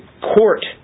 court